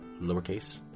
lowercase